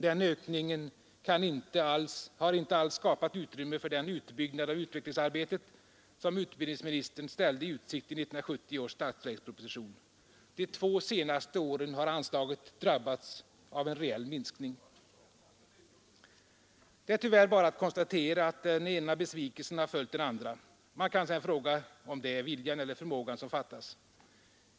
Den ökningen har inte alls skapat utrymme för den utbyggnad av utvecklingsarbetet som utbildningsministern ställde i utsikt i 1970-års statsverksproposition. De två senaste åren har anslaget drabbats av en reell minskning. Det är tyvärr bara att konstatera att den ena besvikelsen har följt den andra. Man kan sedan fråga om det är viljan eller förmågan som fattas.